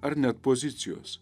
ar net pozicijos